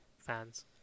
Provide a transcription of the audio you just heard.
fans